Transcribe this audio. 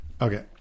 Okay